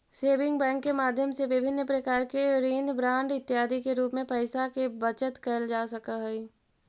saving bank के माध्यम से विभिन्न प्रकार के ऋण बांड इत्यादि के रूप में पैइसा के बचत कैल जा सकऽ हइ